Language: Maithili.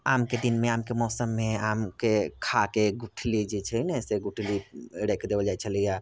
आमके दिनमे आमके मौसममे आमके खाके गुठली जे छै न से गुठली रखि देबल जाइ छलै हँ